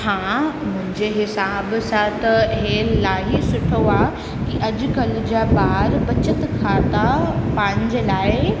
हा मुंहिंजे हिसाब सां त इहे इलाही सुठो आहे कि अॼुकल्ह जा ॿार बचति खाता पंहिंजे लाइ